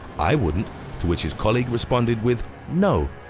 i wouldn't. to which his colleague responded with no.